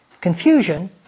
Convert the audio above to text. confusion